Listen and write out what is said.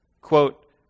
Quote